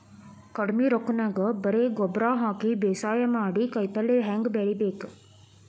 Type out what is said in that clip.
ಕಡಿಮಿ ರೊಕ್ಕನ್ಯಾಗ ಬರೇ ಗೊಬ್ಬರ ಹಾಕಿ ಬೇಸಾಯ ಮಾಡಿ, ಕಾಯಿಪಲ್ಯ ಹ್ಯಾಂಗ್ ಬೆಳಿಬೇಕ್?